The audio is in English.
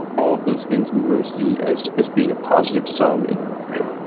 all of those things we really see as as being a positive-sum interaction